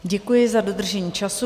Děkuji za dodržení času.